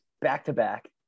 back-to-back